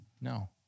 No